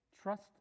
Trust